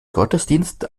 gottesdienst